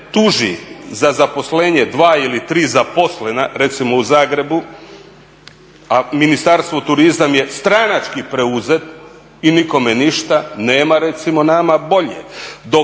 tuži za zaposlenje dva ili tri zaposlena recimo u Zagrebu, a Ministarstvo turizma je stranački preuzet i nikome ništa, nema recimo nama bolje.